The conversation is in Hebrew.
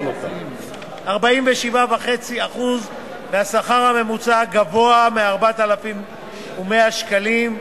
ל-47.5% מהשכר הממוצע גבוה מ-4,100 שקלים,